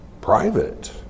private